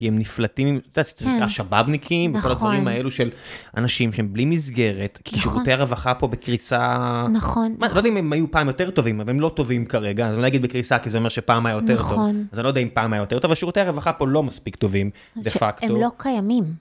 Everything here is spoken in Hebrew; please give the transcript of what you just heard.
כי הם נפלטים, את יודעת, השבאבניקים וכל הדברים האלו של אנשים שהם בלי מסגרת, כי שירותי הרווחה פה בקריסה... נכון. אנחנו לא יודעים אם הם היו פעם יותר טובים, אבל הם לא טובים כרגע, אני לא אגיד בקריסה, כי זה אומר שפעם היה יותר טוב. אז אני לא יודע אם פעם היה יותר טוב, אבל שירותי הרווחה פה לא מספיק טובים, דה פקטו. הם לא קיימים.